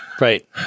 right